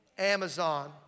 Amazon